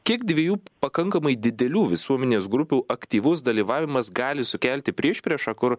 kiek dviejų pakankamai didelių visuomenės grupių aktyvus dalyvavimas gali sukelti priešpriešą kur